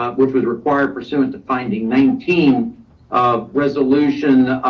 which was required pursuant to finding nineteen um resolution